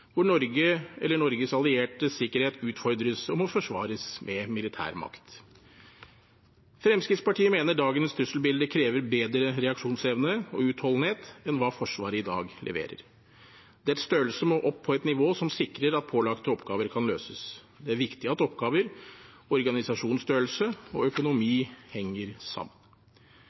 hvor Norge eller Norges alliertes sikkerhet utfordres og må forsvares med militærmakt. Fremskrittspartiet mener dagens trusselbilde krever bedre reaksjonsevne og utholdenhet enn hva Forsvaret i dag leverer. Dets størrelse må opp på et nivå som sikrer at pålagte oppgaver kan løses. Det er viktig at oppgaver, organisasjonsstørrelse og økonomi henger sammen.